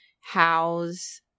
house